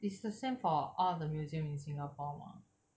it's the same for all of the museum in singapore mah